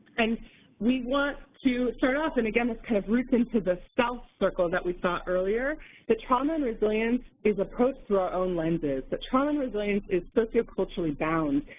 and we want to start off and again this kind of roots into the self circle that we saw earlier that trauma and resilience is approached through our own lenses, that trauma and resilience is socio-culturally bound.